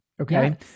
Okay